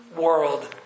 world